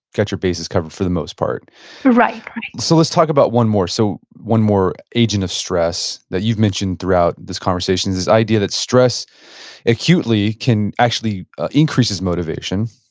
got your bases covered for the most part right, right so let's talk about one more, so one more agent of stress that you've mentioned throughout this conversation, this idea that stress acutely can, actually increases motivation.